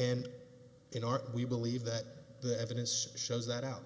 and in our we believe that the evidence shows that out